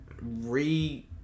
Re